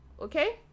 okay